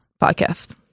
podcast